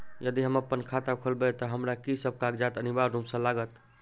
यदि हम अप्पन खाता खोलेबै तऽ हमरा की सब कागजात अनिवार्य रूप सँ लागत?